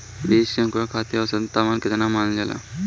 बीज के अंकुरण खातिर औसत तापमान केतना मानल जाला?